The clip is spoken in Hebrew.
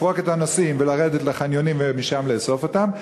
לפרוק את הנוסעים ולרדת לחניונים ומשם לאסוף אותם.